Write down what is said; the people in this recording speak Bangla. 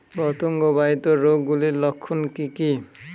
পতঙ্গ বাহিত রোগ গুলির লক্ষণ কি কি?